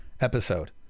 episode